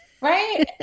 Right